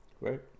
right